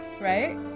right